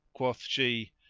quoth she,